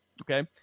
Okay